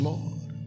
Lord